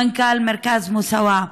מנכ"ל מרכז מוסאוא,